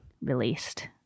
released